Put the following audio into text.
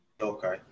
okay